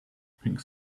pink